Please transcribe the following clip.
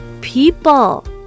people